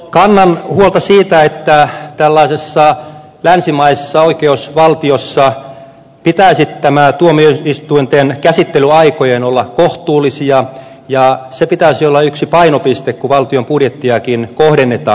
kannan huolta siitä että tällaisessa länsimaisessa oikeusvaltiossa pitäisi tuomioistuinten käsittelyaikojen olla kohtuullisia ja sen pitäisi olla yksi painopiste kun valtion budjettiakin kohdennetaan